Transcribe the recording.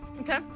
Okay